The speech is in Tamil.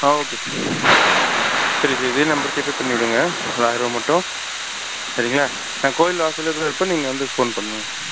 ஆ ஓகே சரி சார் இதே நம்பருக்கே பே பண்ணிவிடுங்க ஒரு ஆயரரூவா மட்டும் சரிங்களா நான் கோவில் வாசலில் தான் இருப்பேன் நீங்கள் வந்து ஃபோன் பண்ணுங்கள்